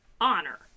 honor